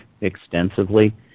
extensively